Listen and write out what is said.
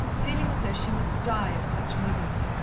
feeling as though she must die of such misery,